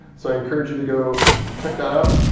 so i encourage you to go check that out.